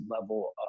level